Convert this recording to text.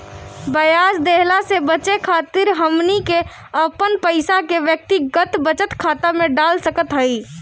ब्याज देहला से बचे खातिर हमनी के अपन पईसा के व्यक्तिगत बचत खाता में डाल सकत हई